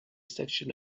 section